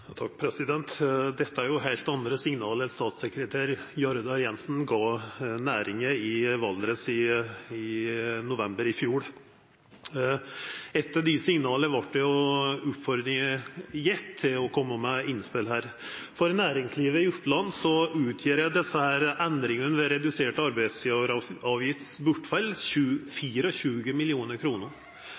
Dette er heilt andre signal enn dei statssekretær Jardar Jensen gav næringane i Valdres i november i fjor. Etter dei signala vart det gjeve ei oppfordring om å koma med innspel. For næringslivet i Oppland utgjer endringane ved bortfall av den reduserte